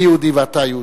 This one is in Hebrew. אני יהודי ואתה יהודי.